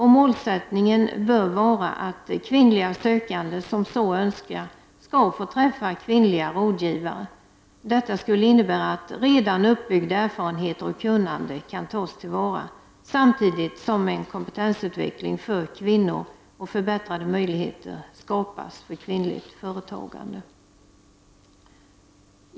Målsättningen bör vara att kvinnliga sökande som så önskar skall få träffa kvinnliga rådgivare. Detta skulle innebära att redan uppbyggda erfarenheter och kunnande kan tas till vara, samtidigt som en kompetensutveckling för kvinnor och förbättrade möjligheter för kvinnligt företagande skapas.